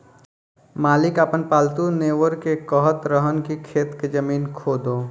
मालिक आपन पालतु नेओर के कहत रहन की खेत के जमीन खोदो